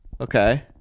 Okay